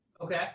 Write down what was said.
Okay